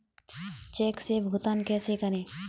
Check से भुगतान कैसे करें?